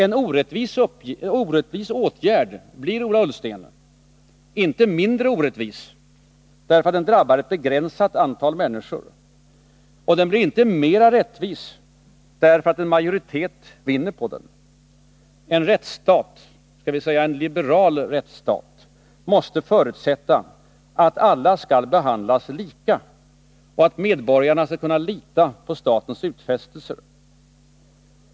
En orättvis åtgärd blir, Ola Ullsten, inte mindre orättvis därför att den drabbar ett begränsat antal människor. Den blir inte mera rättvis därför att en majoritet vinner på den. En rättsstat, en liberal rättsstat, måste förutsätta att alla skall behandlas lika och att medborgarna kan lita på statens utfästelser.